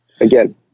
Again